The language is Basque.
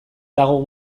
dago